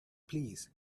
please